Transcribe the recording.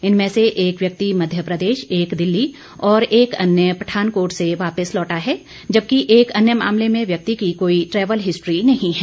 इनमें से एक व्यक्ति मध्य प्रदेश एक दिल्ली और एक अन्य पठानकोट से वापस लौटा है जबकि एक अन्य मामले में व्यक्ति की कोई ट्रेवल हिस्ट्री नहीं है